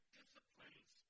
disciplines